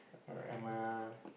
I'm a